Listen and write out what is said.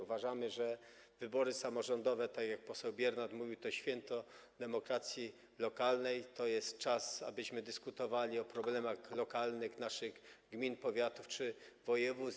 Uważamy, że wybory samorządowe, tak jak poseł Biernat mówił, to jest święto demokracji lokalnej, to jest czas na to, abyśmy dyskutowali o problemach lokalnych naszych gmin, powiatów czy województw.